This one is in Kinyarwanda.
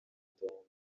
itongo